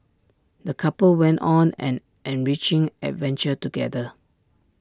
the couple went on an enriching adventure together